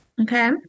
Okay